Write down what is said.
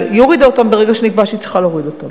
והיא הורידה אותם ברגע שנקבע שהיא צריכה להוריד אותם,